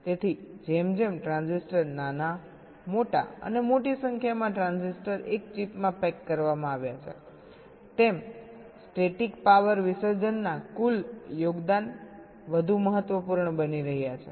તેથી જેમ જેમ ટ્રાન્ઝિસ્ટર નાના મોટા અને મોટી સંખ્યામાં ટ્રાન્ઝિસ્ટર એક ચિપમાં પેક કરવામાં આવ્યા છે તેમ સ્ટેટિક પાવર વિસર્જનના કુલ યોગદાન વધુ મહત્વપૂર્ણ બની રહ્યા છે